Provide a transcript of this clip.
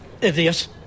Idiot